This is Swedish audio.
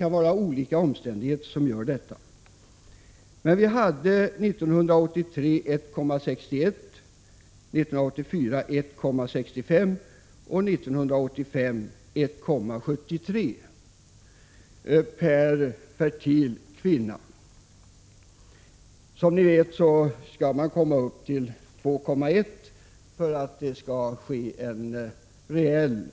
Men jag noterar att vi 1983 hade ett födelsetal på 1,61, 1984 på 1,65 och 1985 på 1,73 per fertil kvinna. Som ni vet skall man komma upp till 2,1 för att det skall ske en reell